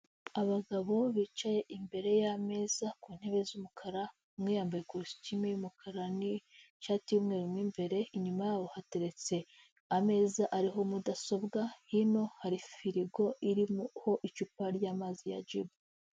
Abagabo bicaye imbere y'ameza ku ntebe z'umukara, umwe yambaye kkositime y'umukara n'ishati y'umweru mo imbere, inyuma yabo hateretse ameza ariho mudasobwa, hino hari firigo iri ku icupa ryamazi ya gibu.